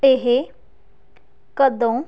ਇਹ ਕਦੋਂ